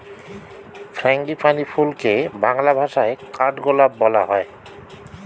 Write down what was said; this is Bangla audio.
ফ্র্যাঙ্গিপানি ফুলকে বাংলা ভাষায় কাঠগোলাপ বলা হয়